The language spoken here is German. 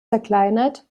zerkleinert